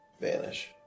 vanish